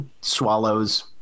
swallows